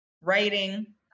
writing